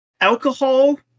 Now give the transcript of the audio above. alcohol